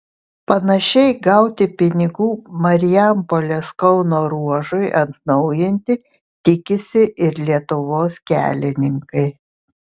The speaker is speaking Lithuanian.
panašiai gauti pinigų marijampolės kauno ruožui atnaujinti tikisi ir lietuvos kelininkai